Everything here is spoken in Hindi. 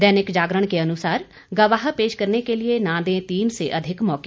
दैनिक जागरण के अनुसार गवाह पेश करने के लिए न दें तीन से अधिक मौके